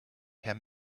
herr